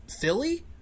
Philly